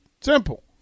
Simple